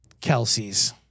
Kelsey's